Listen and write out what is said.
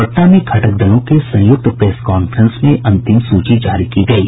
पटना में घटक दलों के संयुक्त प्रेस कांफ्रेंस में अंतिम सूची जारी की गयी